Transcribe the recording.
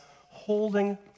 holding